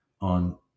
on